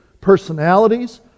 personalities